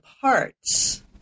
parts